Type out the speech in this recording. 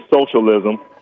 socialism